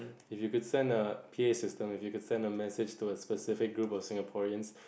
if you could send a P_A system if you could send a message to a specific group of Singaporeans